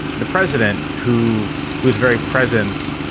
the president who whose very presence,